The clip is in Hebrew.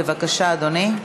בבקשה, אדוני,